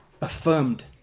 affirmed